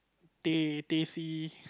teh teh C